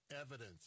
evidence